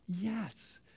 Yes